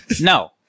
No